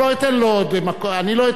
אני לא אתן לו עוד זמן,